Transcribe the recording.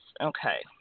okay